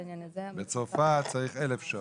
בצרפת צריך 1,000 שעות.